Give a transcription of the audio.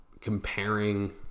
comparing